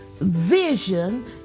vision